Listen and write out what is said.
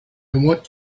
want